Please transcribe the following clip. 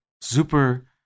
super